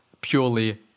purely